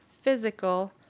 physical